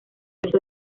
esto